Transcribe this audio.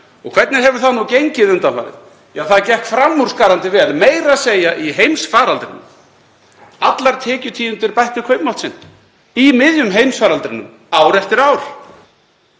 Og hvernig hefur það gengið undanfarið? Það gekk framúrskarandi vel, meira að segja í heimsfaraldrinum. Allar tekjutíundir bættu kaupmátt sinn í miðjum heimsfaraldrinum, ár eftir ár.